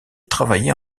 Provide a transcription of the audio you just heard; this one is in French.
travailler